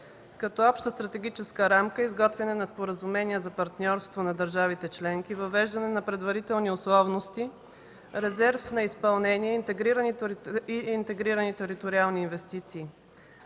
като: обща стратегическа рамка; изготвяне на споразумения за партньорство на държавите членки; въвеждане на предварителни условности; резерв на изпълнение и интегрирани териториални инвестиции.